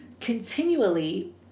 continually